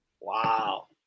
Wow